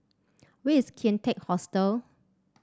where is Kian Teck Hostel